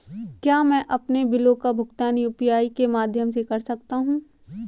क्या मैं अपने बिलों का भुगतान यू.पी.आई के माध्यम से कर सकता हूँ?